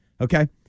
okay